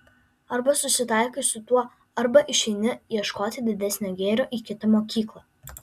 arba susitaikai su tuo arba išeini ieškoti didesnio gėrio į kitą mokyklą